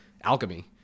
alchemy